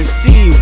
see